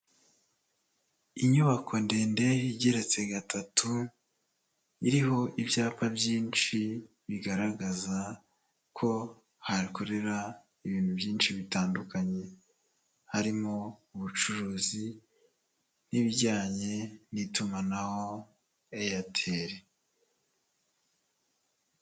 Inyubako ndende igeretse gatatu, iriho ibyapa byinshi bigaragaza ko hakorera ibintu byinshi bitandukanye, harimo ubucuruzi n'ibijyanye n'itumanaho Airtel.